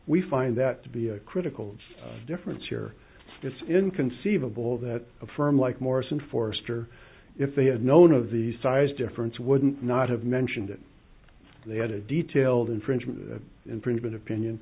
we find that to be a critical difference here it's inconceivable that a firm like morrison foerster if they had known of the size difference wouldn't not have mentioned it they had a detailed infringement infringement opinion